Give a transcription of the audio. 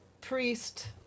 priest